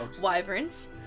wyverns